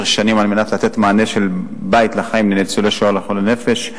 שנים על מנת לתת מענה של בית לחיים לניצולי שואה חולי נפש.